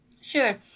Sure